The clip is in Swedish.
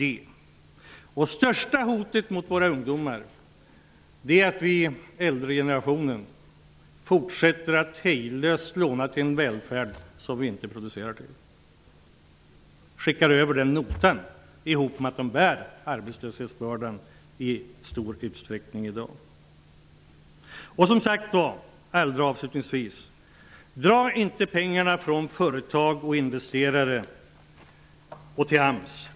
Det stora hotet mot våra ungdomar är att vi i den äldre generationen fortsätter att hejdlöst låna till en välfärd som vi inte själva producerar och skickar över notan för den till dem som samtidigt i stor utsträckning bär arbetslöshetsbördan i dag. Dra inte över pengarna från företag och investerare till AMS!